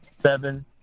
seven